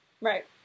Right